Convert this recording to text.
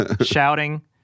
shouting